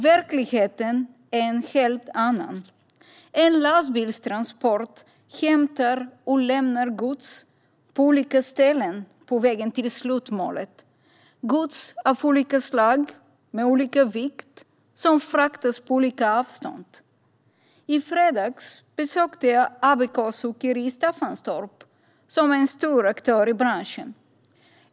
Verkligheten är en helt annan. En lastbilstransport hämtar och lämnar gods på olika ställen på vägen till slutmålet. Det är gods av olika slag och med olika vikt som fraktas på olika avstånd. I fredags besökte jag Abbekås Åkeri i Staffanstorp. Det är en stor aktör i branschen.